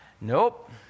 Nope